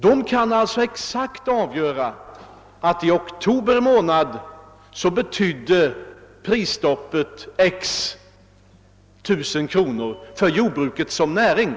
Man kan alltså beräkna att i oktober månad betydde prisstoppet x tusen kronor för jordbruket som näring.